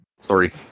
Sorry